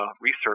research